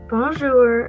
Bonjour